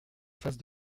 face